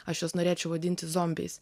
aš juos norėčiau vadinti zombiais